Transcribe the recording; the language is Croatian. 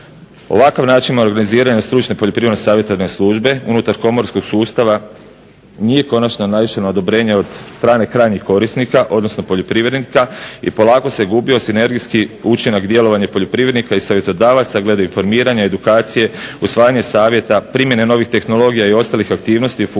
Ovakav način organiziranja stručne poljoprivredno-savjetodavne službe unutar komorskog sustava nije konačno naišlo na odobrenje od strane krajnjih korisnika, odnosno poljoprivrednika i polako se gubio sinergijski učinak djelovanja poljoprivrednika i savjetodavaca glede informiranja, edukacije, usvajanja savjeta, primjene novih tehnologija i ostalih aktivnost, funkcije